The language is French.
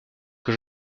que